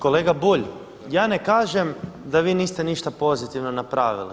Kolega Bulj, ja ne kažem da vi niste ništa pozitivno napravili.